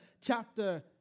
chapter